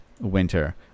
winter